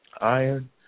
iron